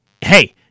hey